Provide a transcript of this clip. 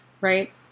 Right